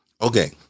Okay